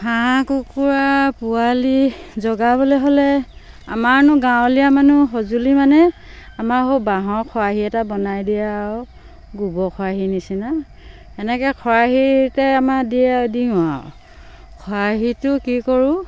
হাঁহ কুকুৰা পোৱালি জগাবলে হ'লে আমাৰনো গাঁৱলীয়া মানুহ সঁজুলি মানে আমাৰ বাঁহৰ খৰাহি এটা বনাই দিয়ে আৰু গোবৰ খৰাহি নিচিনা এনেকে খৰাহিতে আমাৰ দিয়ে দিওঁ আৰু খৰাহীটো কি কৰোঁ